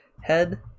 head